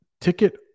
ticket